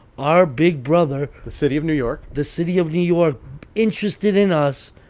our big brother. the city of new york the city of new york interested in us,